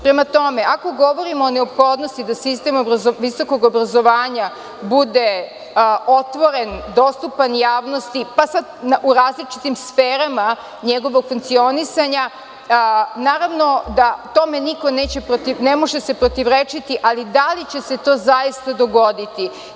Prema tome, ako govorimo o neophodnosti da sistem visokog obrazovanja bude otvoren, dostupan javnosti, pa sad u različitim sferama njegovog funkcionisanja, naravno da tome se ne može protivurečeti, ali da li će se do zaista dogoditi.